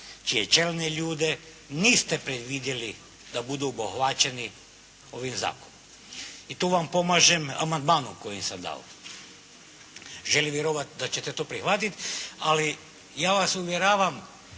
čije čelne ljude niste predvidjeli da budu obuhvaćeni ovim zakonom i tu vam pomažem amandmanom koji sam dao. Želim vjerovati da ćete to prihvatiti, ali ja vas uvjeravam